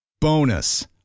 Bonus